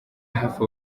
hafi